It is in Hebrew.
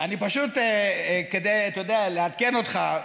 אני פשוט כדי לעדכן אותך,